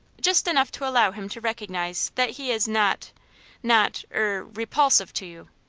just enough to allow him to recognize that he is not not er repulsive to you.